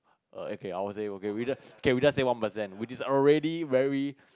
err okay I will say okay we just we just say one percent which is already very